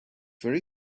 very